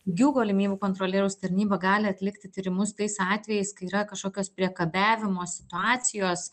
gių galimybių kontrolieriaus tarnyba gali atlikti tyrimus tais atvejais kai yra kažkokios priekabiavimo situacijos